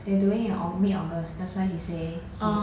they doing at aug~ mid august that's why he say he